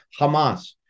Hamas